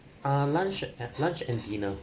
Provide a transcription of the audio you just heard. ah lunch and lunch and dinner